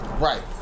Right